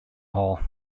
hole